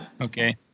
Okay